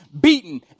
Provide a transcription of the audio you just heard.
Beaten